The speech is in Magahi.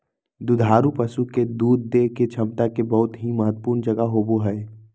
दुधारू पशु के दूध देय के क्षमता के बहुत ही महत्वपूर्ण जगह होबय हइ